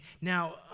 Now